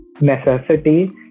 necessity